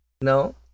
No